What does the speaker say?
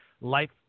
life